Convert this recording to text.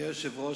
אדוני היושב-ראש,